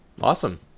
Awesome